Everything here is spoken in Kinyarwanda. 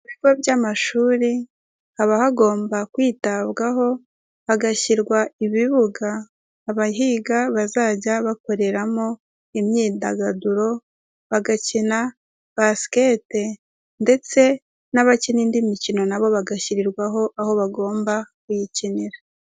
Ibigo by'amashuri haba hagomba kwitabwaho hagashyirwa ibibuga abahiga bazajya bakoreramo imyidagaduro bagakina basikete ndetse n'abakina indi mikino nabo bagashyirirwaho aho bagomba kuyikinira.